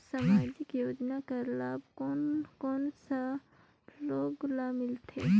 समाजिक योजना कर लाभ कोन कोन सा लोग ला मिलथे?